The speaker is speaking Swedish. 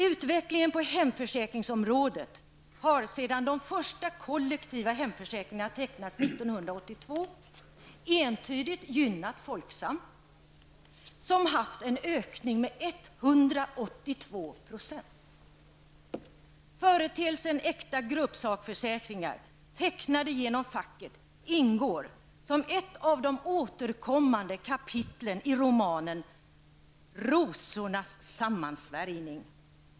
Utvecklingen på hemförsäkringsområdet har sedan de första kollektiva hemförsäkringarna tecknades 1982 entydigt gynnat Folksam, som haft en ökning med Företeelsen äkta gruppsakförsäkringar, tecknade genom facket, ingår som ett av de återkommande kapitlen i romanen Rosornas sammansvärjning.